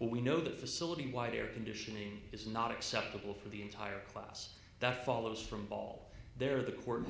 we know the facility why the air conditioning is not acceptable for the entire class that follows from ball there the court